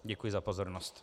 Děkuji za pozornost.